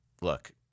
look—